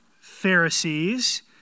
Pharisees